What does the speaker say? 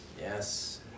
Yes